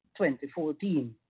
2014